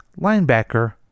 linebacker